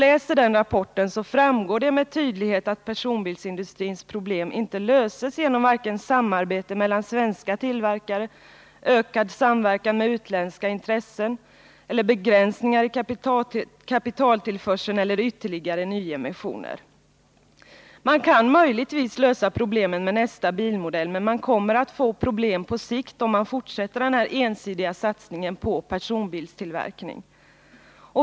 Läser man rapporten framgår det tydligt att personbilsindustrins problem inte löses genom vare sig samarbete mellan svenska tillverkare, ökad samverkan med utländska intressen, begränsningar i kapitaltillförseln eller ytterligare nyemissioner. Man kan möjligtvis lösa problemen med nästa bilmodell, men man kommer att få problem på sikt om man fortsätter den här ensidiga satsningen på personbilstillverkning.